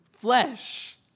flesh